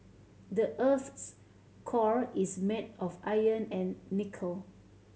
the earth's core is made of iron and nickel